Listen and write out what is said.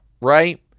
right